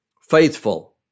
faithful